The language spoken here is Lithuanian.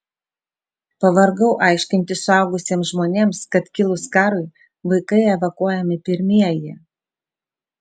pavargau aiškinti suaugusiems žmonėms kad kilus karui vaikai evakuojami pirmieji